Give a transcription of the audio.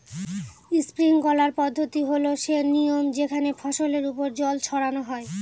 sprinkler পদ্ধতি হল সে নিয়ম যেখানে ফসলের ওপর জল ছড়ানো হয়